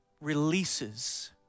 releases